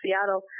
Seattle